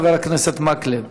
חבר הכנסת מקלב,